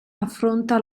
affronta